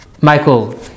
Michael